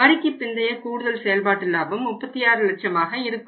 வரிக்குப் பிந்தைய கூடுதல் செயல்பாட்டு லாபம் 36 லட்சமாக இருக்கும்